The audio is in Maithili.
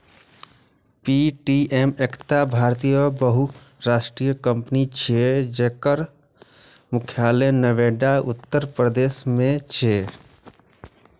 पे.टी.एम एकटा भारतीय बहुराष्ट्रीय कंपनी छियै, जकर मुख्यालय नोएडा, उत्तर प्रदेश मे छै